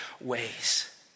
ways